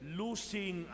losing